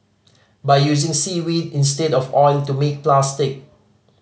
by using seaweed instead of oil to make plastic